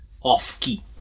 off-key